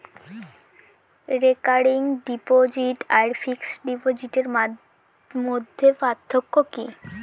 Recurring deposit আর fixed ডিপোজিটের মধ্যে পার্থক্য কি?